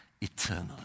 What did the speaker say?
eternally